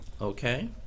okay